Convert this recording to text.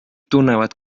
tunnevad